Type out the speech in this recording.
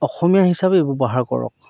অসমীয়া হিচাপে ব্যৱহাৰ কৰক